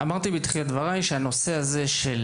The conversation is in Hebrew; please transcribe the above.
אמרתי בתחילת דבריי שהנושא הזה של